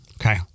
Okay